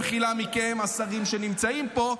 במחילה מכם השרים שנמצאים פה,